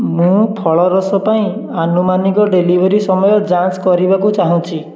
ମୁଁ ଫଳ ରସ ପାଇଁ ଆନୁମାନିକ ଡେଲିଭରି ସମୟ ଯାଞ୍ଚ କରିବାକୁ ଚାହୁଁଛି